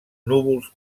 núvols